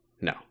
No